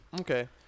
Okay